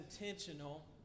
intentional